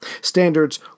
standards